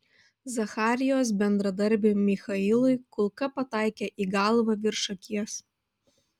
zacharijos bendradarbiui michailui kulka pataikė į galvą virš akies